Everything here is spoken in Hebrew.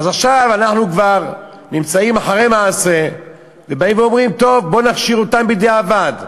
עכשיו אנחנו כבר אחרי מעשה ובאים ואומרים: בואו נכשיר אותם בדיעבד.